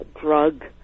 drug